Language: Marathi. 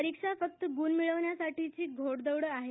परिक्षा फक्त गुण मिळविण्याची घोडदौड आहे